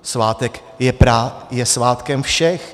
Svátek je svátkem všech.